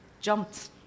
jumped